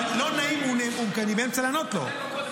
אבל לא נעים, כי אני באמצע לענות לו.